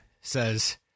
says